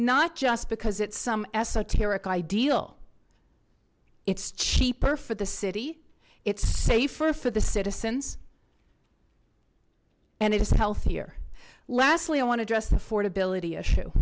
not just because it's some esoteric ideal it's cheaper for the city it's safer for the citizens and it is healthier lastly i want to dress the ford ability issue